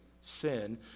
sin